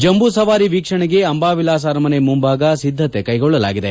ಜಂಬೂ ಸವಾರಿ ವೀಕ್ಷಣೆಗೆ ಅಂಬಾವಿಲಾಸ ಅರಮನೆ ಮುಂಭಾಗ ಸಿದ್ದತೆ ಕೈಗೊಳ್ಳಲಾಗಿದೆ